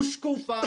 ושקופה,